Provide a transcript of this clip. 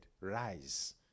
Rise